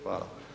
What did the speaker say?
Hvala.